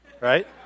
Right